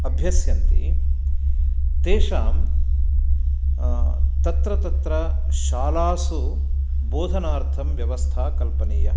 अभ्यस्यन्ति तेषां तत्र तत्र शालासु बोधनार्थं व्यवस्था कल्पनीया